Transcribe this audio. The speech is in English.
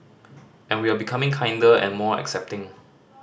and we are becoming kinder and more accepting